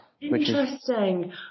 Interesting